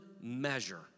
measure